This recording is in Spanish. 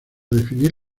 definir